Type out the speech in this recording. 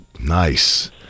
Nice